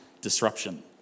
disruption